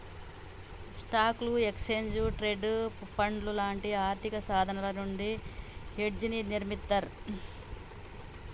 స్టాక్లు, exchange traded ఫండ్లు లాంటి ఆర్థికసాధనాల నుండి హెడ్జ్ని నిర్మిత్తర్